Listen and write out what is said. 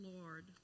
Lord